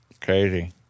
crazy